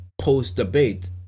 Post-debate